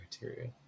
criteria